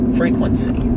frequency